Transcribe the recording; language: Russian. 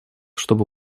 чтобы